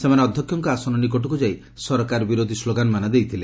ସେମାନେ ଅଧ୍ୟକ୍ଷଙ୍କ ଆସନ ନିକଟକୁ ଯାଇ ସରକାର ବିରୋଧୀ ସ୍କୋଗାନ୍ମାନ ଦେଇଥିଲେ